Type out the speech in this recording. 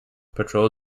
patrol